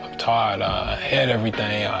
tired. i had everything,